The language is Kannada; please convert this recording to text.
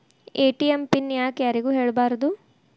ಎ.ಟಿ.ಎಂ ಪಿನ್ ಯಾಕ್ ಯಾರಿಗೂ ಹೇಳಬಾರದು?